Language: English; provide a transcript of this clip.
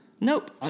nope